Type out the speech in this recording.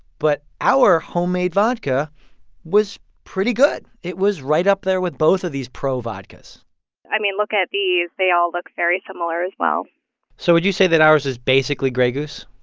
but our homemade vodka was pretty good. it was right up there with both of these pro vodkas i mean, looking at these, they all look very similar as well so would you say that ours is basically grey goose?